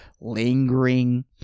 lingering